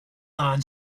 non